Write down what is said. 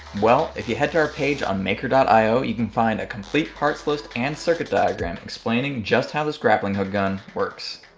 well if you head to our page on maker io you can find a complete parts list and circuit diagram explaining just how this grappling hook gun works.